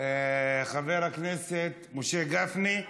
חבר הכנסת משה גפני.